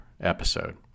episode